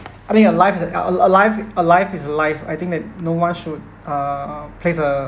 I think a life is a a a life a life is a life I think that no one should uh place a